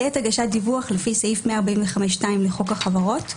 בעת הגשת דיווח לפי סעיף 145(2) לחוק החברות,